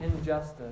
injustice